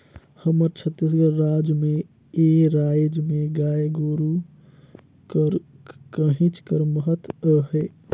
हमर छत्तीसगढ़ राज में ए राएज में गाय गरू कर कहेच कर महत अहे